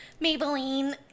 maybelline